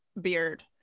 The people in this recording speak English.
beard